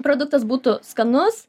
produktas būtų skanus